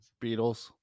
Beatles